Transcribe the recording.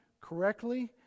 correctly